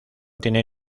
tiene